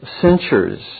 censures